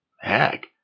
Heck